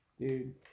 Dude